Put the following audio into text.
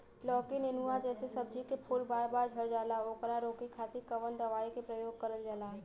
लौकी नेनुआ जैसे सब्जी के फूल बार बार झड़जाला ओकरा रोके खातीर कवन दवाई के प्रयोग करल जा?